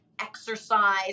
exercise